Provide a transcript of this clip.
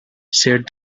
said